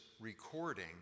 recording